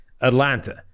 Atlanta